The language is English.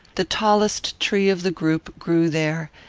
the tallest tree of the group grew there,